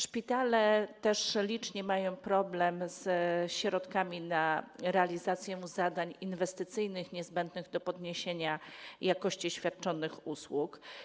Szpitale mają też licznie problemy ze środkami na realizację zadań inwestycyjnych niezbędnych do podniesienia jakości świadczonych usług.